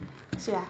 you see ah